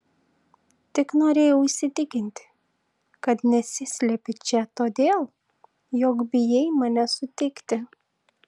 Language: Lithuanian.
tik norėjau įsitikinti kad nesislepi čia todėl jog bijai mane sutikti